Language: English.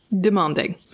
demanding